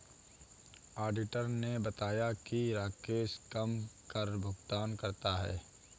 auditor ने बताया कि राकेश कम कर भुगतान करता है